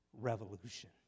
revolution